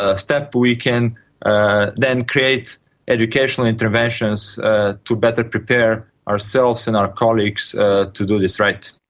ah step, we can ah then create educational interventions to better prepare ourselves and our colleagues to do this right.